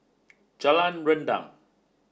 Jalan Rendang